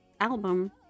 album